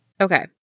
Okay